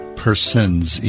persons